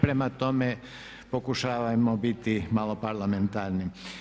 Prema tome, pokušavajmo biti malo parlamentarni.